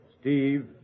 Steve